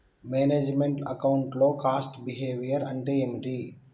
Manage meant account లో cost behaviour అంటే ఏమిటి?